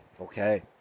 okay